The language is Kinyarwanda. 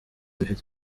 bifite